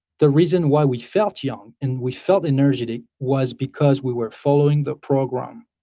the reason why we felt young and we felt energy, was because we were following the program